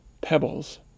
Pebbles